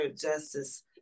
justice